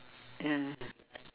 and